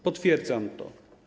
Potwierdzam to.